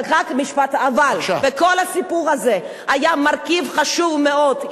רק משפט אחד: בכל הסיפור הזה היה מרכיב חשוב מאוד.